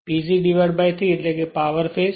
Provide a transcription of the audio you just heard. PG ૩ એટલે power phase